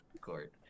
court